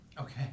Okay